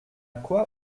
quoi